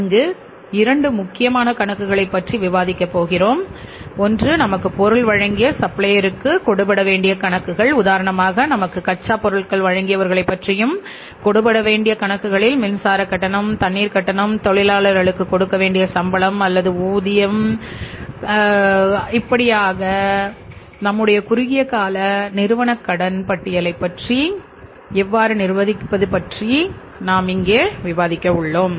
இங்கு இரண்டு முக்கியமான கணக்குகளை பற்றி விவாதிக்க இருக்கிறோம் ஒன்று நமக்கு பொருள் வழங்கிய சப்ளையர்களுக்கு கொடு படவேண்டிய கணக்குகள் உதாரணமாக நமக்கு கச்சாப் பொருட்கள் வழங்கியவர்களைப் பற்றியும் கொடு படவேண்டிய கணக்குகளில் மின்சாரக்கட்டணம் தண்ணீர் கட்டணம் தொழிலாளர்களுக்கு கொடுக்க வேண்டிய சம்பளம் அல்லது ஊதியம் இப்படியாக நம்முடைய குறுகிய கால நிறுவன கடன் பட்டியலைப் பற்றி அதை அதை எவ்வாறு நிர்வகிக்க வேண்டும் என்பதைப் பற்றி விவாதிக்க உள்ளோம்